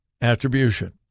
attribution